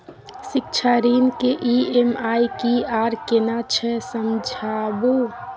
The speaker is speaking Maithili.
शिक्षा ऋण के ई.एम.आई की आर केना छै समझाबू?